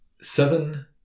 Seven